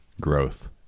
Growth